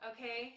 Okay